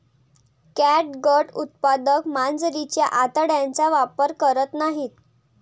catgut उत्पादक मांजरीच्या आतड्यांचा वापर करत नाहीत